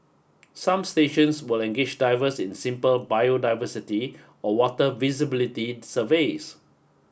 some stations will engage divers in simple biodiversity or water visibility surveys